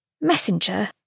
Messenger